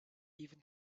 even